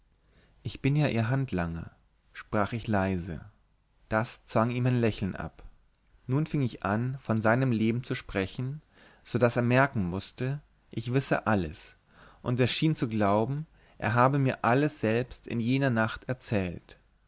ich bin ja ihr handlanger sprach ich leise das zwang ihm ein lächeln ab nun fing ich an von seinem leben zu sprechen so daß er merken mußte ich wisse alles und er schien zu glauben er habe mir alles selbst in jener nacht erzählt